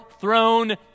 throne